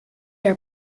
are